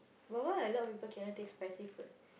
but why a lot of people cannot take spicy food